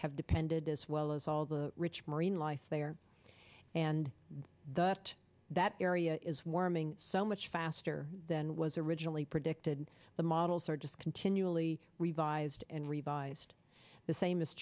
have depended as well as all the rich marine life there and that that area is warming so much faster than was originally predicted the models are just continually revised and revised the same is